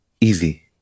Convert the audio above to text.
easy